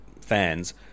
fans